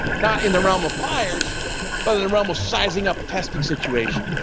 not in the realm of fires but in the realm of sizing up a testing situation.